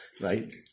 Right